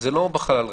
זה לא בחלל ריק.